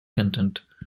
content